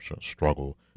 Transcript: struggle